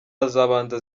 azabanza